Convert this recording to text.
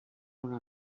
una